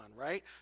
right